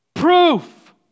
proof